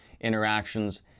interactions